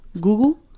Google